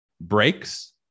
breaks